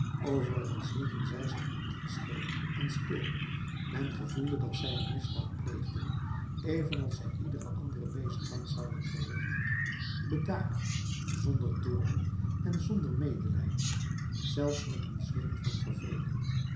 overigens hielden zij zich onverschillig en stil men gevoelde dat zij een misdaad pleegden evenals zij iedere andere bezigheid zouden verrichten bedaard zonder toorn en zonder medelijden zelfs met een zweem van verveling